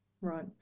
Right